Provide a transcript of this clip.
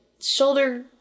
shoulder